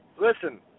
listen